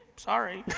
sorry.